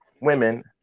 women